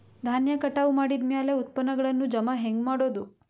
ಧಾನ್ಯ ಕಟಾವು ಮಾಡಿದ ಮ್ಯಾಲೆ ಉತ್ಪನ್ನಗಳನ್ನು ಜಮಾ ಹೆಂಗ ಮಾಡೋದು?